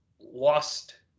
lost